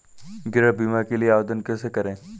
गृह बीमा के लिए आवेदन कैसे करें?